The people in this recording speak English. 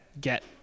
get